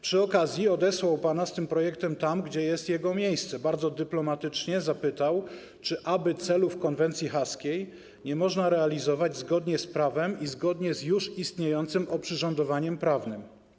Przy okazji odesłał pana z tym projektem tam, gdzie jest jego miejsce - bardzo dyplomatycznie zapytał, czy aby celów konwencji haskiej nie można realizować zgodnie z prawem i zgodnie z już istniejącym oprzyrządowaniem prawnym.